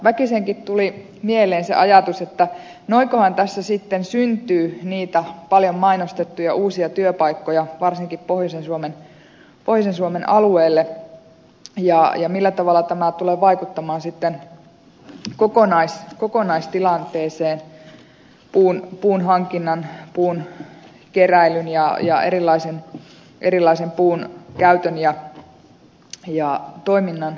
väkisenkin tuli mieleen se ajatus että noinkohan tässä sitten syntyy niitä paljon mainostettuja uusia työpaikkoja varsinkin pohjoisen suomen alueelle ja millä tavalla tämä tulee vaikuttamaan sitten kokonaistilanteeseen puun hankinnan puun keräilyn ja erilaisen puun käytön ja toiminnan suhteen